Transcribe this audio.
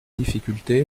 difficulté